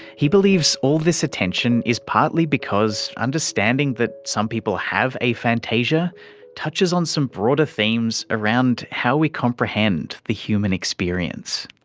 he believes all this attention is partly because understanding that some people have aphantasia touches on some broader themes around how we comprehend the human experience.